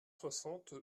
soixante